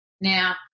Now